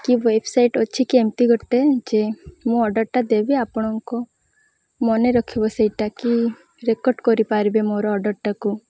କି ୱେବ୍ସାଇଟ୍ ଅଛି କି ଏମିତି ଗୋଟେ ଯେ ମୁଁ ଅର୍ଡ଼ର୍ଟା ଦେବି ଆପଣଙ୍କୁ ମନେ ରଖିବ ସେଇଟା କି ରେକର୍ଡ଼ କରିପାରିବେ ମୋର ଅର୍ଡ଼ର୍ଟାକୁ